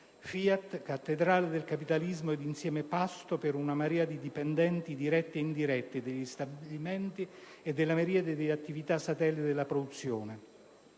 FIAT, cattedrale del capitalismo ed insieme pasto per una marea di dipendenti diretti e indiretti degli stabilimenti e della miriade di attività satelliti della produzione.